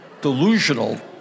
Delusional